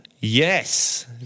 Yes